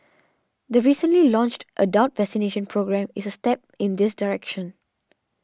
the recently launched adult vaccination programme is a step in this direction